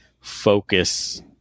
focus